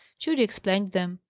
judy explained them.